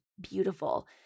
beautiful